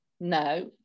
No